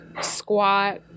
squat